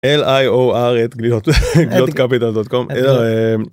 lior@glilot@capital.com. אה לא, אמ...